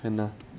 and uh